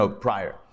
prior